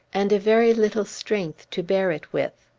and a very little strength to bear it with.